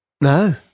No